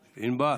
ענבר.